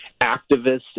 activists